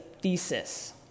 thesis